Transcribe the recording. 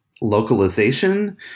localization